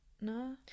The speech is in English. no